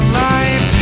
life